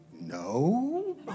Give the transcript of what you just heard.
no